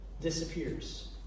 disappears